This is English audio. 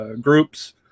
groups